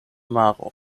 maro